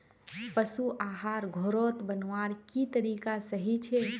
पशु आहार घोरोत बनवार की तरीका सही छे?